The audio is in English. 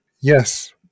yes